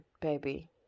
baby